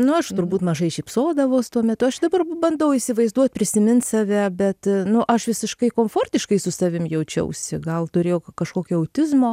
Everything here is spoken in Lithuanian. nu aš turbūt mažai šypsodavaus tuo metu aš dabar bandau įsivaizduot prisimint save bet nu aš visiškai komfortiškai su savim jaučiausi gal turėjau k kažkokį autizmo